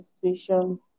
situation